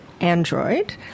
Android